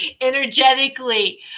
energetically